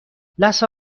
لثه